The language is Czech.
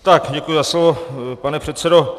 Tak děkuji za slovo, pane předsedo.